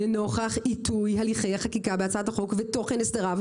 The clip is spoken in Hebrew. לנוכח עיתוי הליכי החקיקה בהצעת החוק ותוכן הסדריו.